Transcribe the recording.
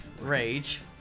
rage